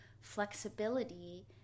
flexibility